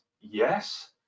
yes